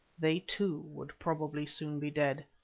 they, too, would probably soon be dead.